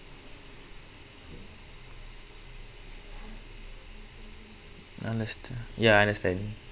underst~ ya I understand